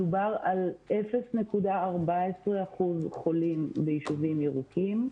מדובר על 0.14% תלמידים חולים ביישובים ירוקים,